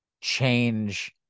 change